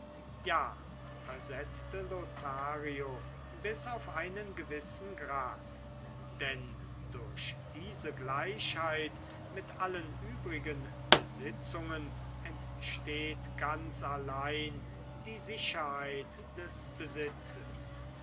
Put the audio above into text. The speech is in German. ja versetzte lothario bis auf einen gewissen grad denn durch diese gleichheit mit allen übrigen besitzungen entsteht ganz allein die sicherheit des besitzes